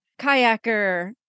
kayaker